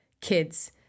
kids